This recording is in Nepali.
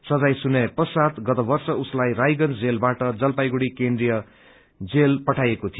सजाय सुनाईए पश्चात् गत वर्ष उसलाई रायगंज जेलबाट जलपाईगड़ी केन्ट्रीय जेल पठाइएको थियो